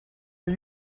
are